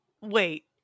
Wait